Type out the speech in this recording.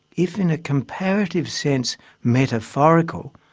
if in a comparative sense metaphorical,